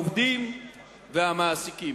העובדים והמעסיקים.